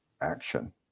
action